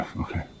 okay